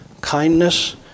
kindness